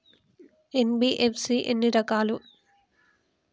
NBFC ఎన్ని రకాలు?